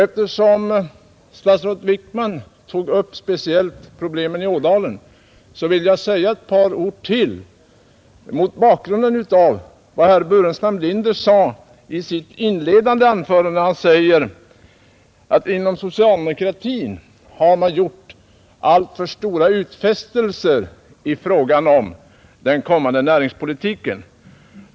Eftersom statsrådet Wickman tog upp speciellt problemen i Ådalen, vill jag säga ytterligare ett par ord mot bakgrunden av vad herr Burenstam Linder sade i sitt inledande anförande, där han yttrade att inom socialdemokratin har man gjort alltför stora utfästelser i fråga om den kommande näringspolitiken.